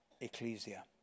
ecclesia